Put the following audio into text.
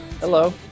Hello